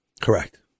Correct